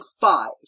five